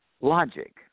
logic